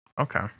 okay